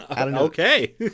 okay